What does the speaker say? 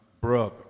brother